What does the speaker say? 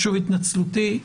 שוב התנצלותי.